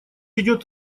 идет